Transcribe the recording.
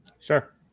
Sure